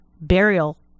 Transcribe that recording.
burial